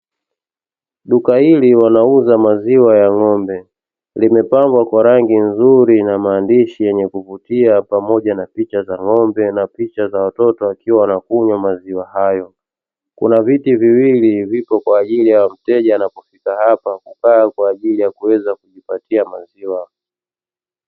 Duka hili wanauza maziwa ya ng'ombe, limepakwa kwa rangi nzuri na maandishi yenye kuvutia pamoja na picha za ng'ombe na picha za watoto wakiwa wanakunywa maziwa hayo. Kuna viti viwili viko kwa ajili ya mteja anapofika hapa kukaa kwa ajili ya kuweza kujipatia maziwa.